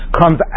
comes